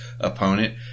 opponent